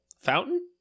fountain